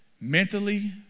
mentally